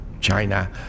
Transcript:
China